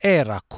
era